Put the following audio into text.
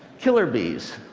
killer bees,